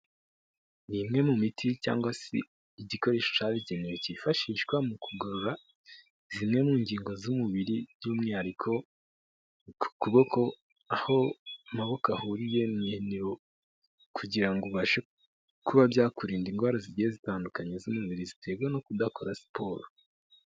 ni imwe mu miti cyangwa se igikoresho cyabugenewe cyifashishwa mu kugorora zimwe mu ngingo z'umubiri by'umwihariko ku kuboko aho amaboko ahuriye mu ihiniro kugira ubashe kuba byakurinda indwara zigiye zitandukanye z'umubiri ziterwa no kudakora siporo